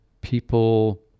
People